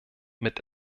mit